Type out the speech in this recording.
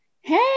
Hey